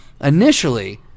Initially